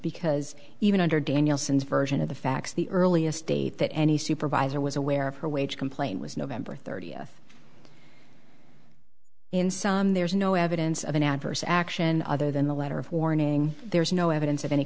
because even under danielson version of the facts the earliest date that any supervisor was aware of her wage complaint was november thirtieth in some there's no evidence of an adverse action other than the letter of warning there is no evidence of any